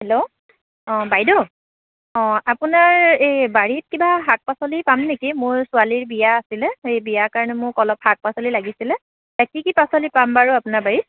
hello অঁ বাইদেউ অঁ আপোনাৰ এই বাৰীত কিবা শাক পাচলি পাম নেকি মোৰ ছোৱালীৰ বিয়া আছিলে সেই বিয়াৰ কাৰণে মোক অলপ শাক পাচলি লাগিছিলে এই কি কি পাচলি পাম বাৰু আপোনাৰ বাৰীত